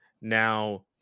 Now